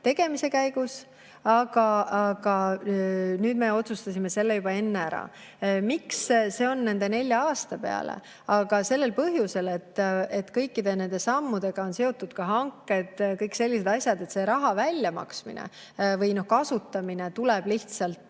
tegemise käigus, aga nüüd me otsustasime selle juba enne ära. Miks see on nende nelja aasta peale? Aga sellel põhjusel, et kõikide nende sammudega on seotud ka hanked, kõik sellised asjad. See raha väljamaksmine või kasutamine tuleb lihtsalt